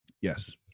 Yes